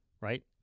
Right